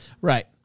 right